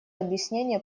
объяснения